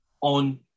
on